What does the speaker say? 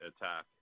attack